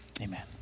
Amen